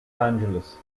angeles